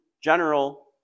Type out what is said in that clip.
general